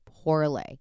poorly